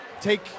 take